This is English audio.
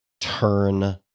turn